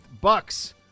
Bucks